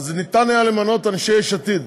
אז ניתן היה למנות אנשי יש עתיד.